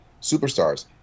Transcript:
superstars